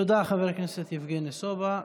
תודה, חבר הכנסת יבגני סובה.